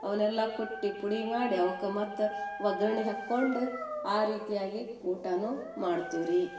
ಅವನ್ನೆಲ್ಲ ಕುಟ್ಟಿ ಪುಡಿ ಮಾಡಿ ಅವ್ಕೆ ಮತ್ತೆ ಒಗ್ಗರ್ಣಿ ಹಾಕ್ಕೊಂಡು ಆ ರೀತಿಯಾಗಿ ಊಟನೂ ಮಾಡ್ತೀವಿ ರೀ